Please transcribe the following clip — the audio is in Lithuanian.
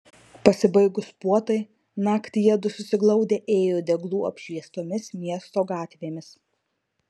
pasibaigus puotai naktį jiedu susiglaudę ėjo deglų apšviestomis miesto gatvėmis